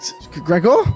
Gregor